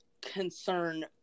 concern